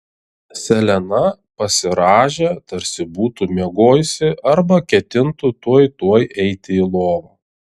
selena pasirąžė tarsi būtų miegojusi arba ketintų tuoj tuoj eiti į lovą